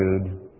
attitude